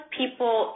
people